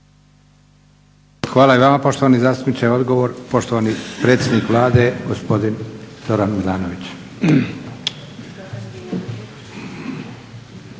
Hvala i vama poštovani zastupniče. Odgovor, poštovani predsjednik Vlade gospodine Zoran Milanović.